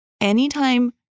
Anytime